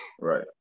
Right